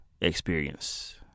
experience